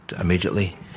immediately